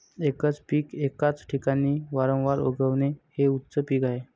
एकच पीक एकाच ठिकाणी वारंवार उगवणे हे उच्च पीक आहे